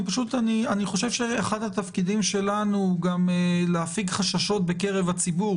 אחד התפקידים שלנו הוא גם להפיג חששות בקרב הציבור,